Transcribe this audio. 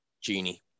Genie